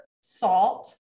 salt